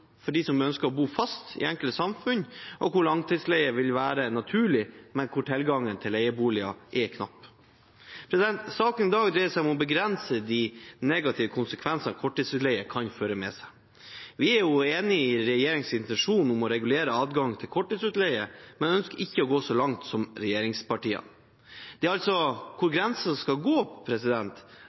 for dem som ønsker å bo fast i et samfunn hvor langtidsleie vil være naturlig, men hvor tilgangen til leieboliger er knapp. Saken i dag dreier seg om å begrense de negative konsekvensene korttidsutleie kan føre med seg. Vi er enig i regjeringens intensjon om å regulere adgangen til korttidsutleie, men ønsker ikke å gå så langt som regjeringspartiene. Det er altså hvor grensen skal gå,